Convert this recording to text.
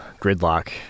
gridlock